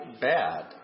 bad